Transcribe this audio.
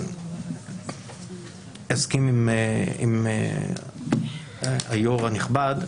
אני מסכים עם היו"ר הנכבד,